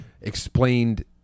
explained